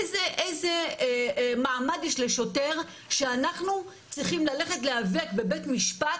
איזה מעמד יש לשוטר שאנחנו צריכים ללכת להיאבק בבית משפט